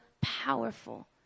powerful